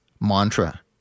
Mantra